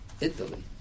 Italy